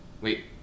wait